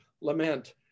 Lament